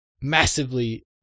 massively